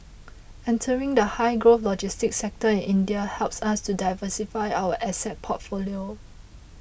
entering the high growth logistics sector in India helps us to diversify our asset portfolio